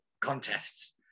contests